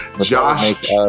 Josh